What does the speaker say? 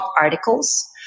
articles